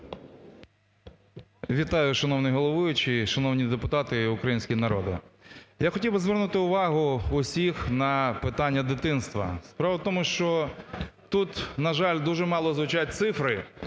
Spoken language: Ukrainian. Вітаю, шановний головуючий! Шановні депутати і український народе! Я хотів би звернути увагу усіх на питання дитинства. Справа в тому, що тут, на жаль, дуже мало звучать цифри,